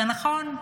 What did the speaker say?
זה נכון,